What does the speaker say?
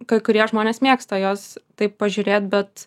kai kurie žmonės mėgsta juos taip pažiūrėt bet